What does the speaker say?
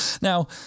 Now